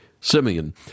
Simeon